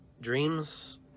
Dreams